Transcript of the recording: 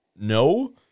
No